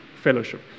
fellowship